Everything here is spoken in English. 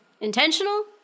Intentional